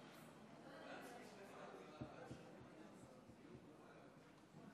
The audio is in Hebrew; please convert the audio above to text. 23 חברי כנסת נגד.